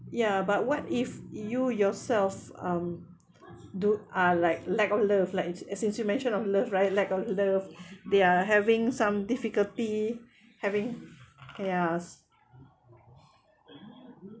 ya but what if you yourself uh dude are like lack of love like since you mention of love right lack of love they are having some difficulty having yes